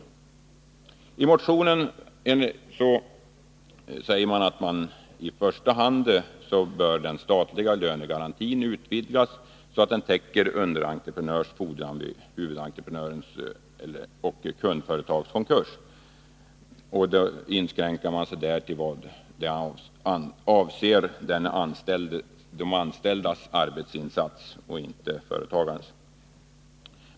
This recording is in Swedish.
Enligt motionen bör i första hand den statliga lönegarantin utvidgas så att den täcker underentreprenörs fordran vid huvudentreprenörs och kundföretags konkurs i vad den avser de anställdas arbetsinsats, alltså inte företagarnas.